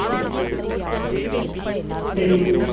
சரிங்க சரிங்க